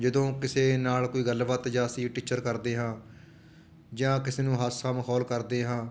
ਜਦੋਂ ਕਿਸੇ ਨਾਲ ਕੋਈ ਗੱਲਬਾਤ ਜਾਂ ਅਸੀਂ ਟਿੱਚਰ ਕਰਦੇ ਹਾਂ ਜਾਂ ਕਿਸੇ ਨੂੰ ਹਾਸਾ ਮਖੌਲ ਕਰਦੇ ਹਾਂ